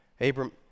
Abram